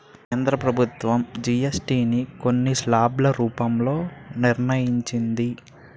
కేంద్ర ప్రభుత్వం జీఎస్టీ ని కొన్ని స్లాబ్ల రూపంలో నిర్ణయించింది